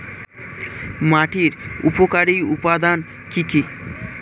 মাটির উপকারী উপাদান কি কি?